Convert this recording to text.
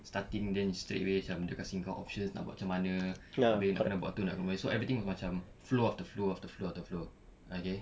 starting then you straightaway cam dia kasi kau options nak buat macam mana abeh nak kena buat tu nak kena buat ni so everything was macam flow after flow after flow after flow okay